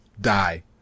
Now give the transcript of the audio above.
die